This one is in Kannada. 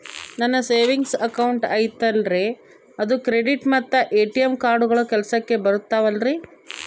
ನನ್ನ ಸೇವಿಂಗ್ಸ್ ಅಕೌಂಟ್ ಐತಲ್ರೇ ಅದು ಕ್ರೆಡಿಟ್ ಮತ್ತ ಎ.ಟಿ.ಎಂ ಕಾರ್ಡುಗಳು ಕೆಲಸಕ್ಕೆ ಬರುತ್ತಾವಲ್ರಿ?